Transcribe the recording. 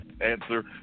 answer